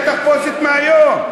לא צריך את התחפושת מהיום.